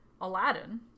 Aladdin